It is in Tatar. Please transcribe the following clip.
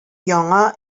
яңа